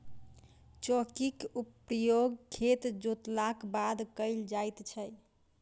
चौकीक प्रयोग खेत जोतलाक बाद कयल जाइत छै